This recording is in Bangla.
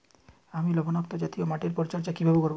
আমি লবণাক্ত জাতীয় মাটির পরিচর্যা কিভাবে করব?